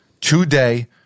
Today